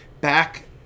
back